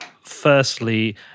Firstly